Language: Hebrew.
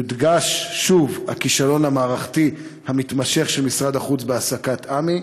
יודגש שוב הכישלון המערכתי המתמשך של משרד החוץ בהעסקת עמ"י,